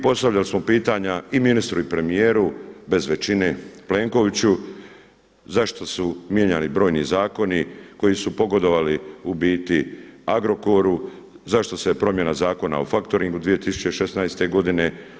Postavljali smo pitanja i ministru i premijeru bez većine Plenkoviću zašto su mijenjani brojni zakoni koji su pogodovali u biti Agrokoru, zašto se promjena Zakona o faktoringu 2016. godine.